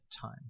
time